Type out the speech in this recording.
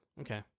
Okay